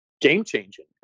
game-changing